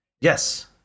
Yes